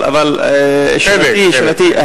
אבל שאלתי,